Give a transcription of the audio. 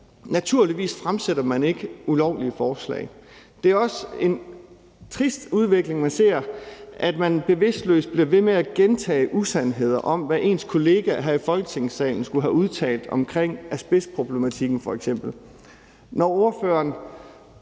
Naturligvis fremsætter man ikke ulovlige forslag. Det er også en trist udvikling, man ser, hvor man bevidstløst bliver ved med at gentage usandheder om, hvad ens kollegaer her i Folketingssalen skulle have udtalt omkring f.eks. asbestproblematikken, når ordføreren